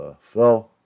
phil